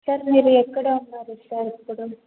sir మీరు ఎక్కడ ఉన్నారు సార్ ఇప్పుడు